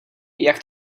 jak